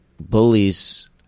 bullies –